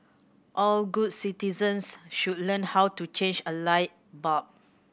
all good citizens should learn how to change a light bulb